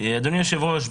אדוני היושב-ראש,